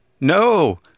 No